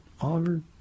Oliver